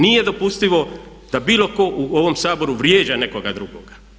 Nije dopustivo da bilo tko u ovom Saboru vrijeđa nekoga drugoga.